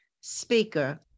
speaker